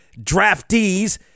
draftees